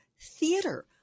theater